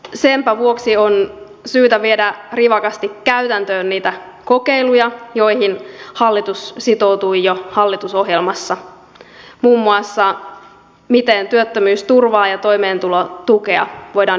senpä vuoksi on syytä viedä rivakasti käytäntöön niitä kokeiluja joihin hallitus sitoutui jo hallitusohjelmassa muun muassa miten työttömyysturvaa ja toimeentulotukea voidaan yhteensovittaa